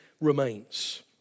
remains